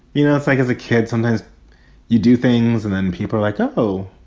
you know, if i as a kid, sometimes you do things and then people are like, oh,